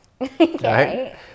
Okay